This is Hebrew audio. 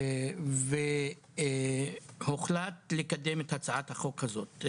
באוקטובר, והוחלט לקדם את הצעת החוק הזאת.